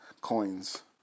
coins